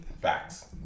Facts